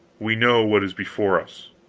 we know what is before us.